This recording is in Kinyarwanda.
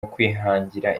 ukwihangira